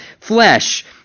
flesh